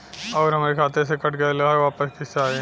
आऊर हमरे खाते से कट गैल ह वापस कैसे आई?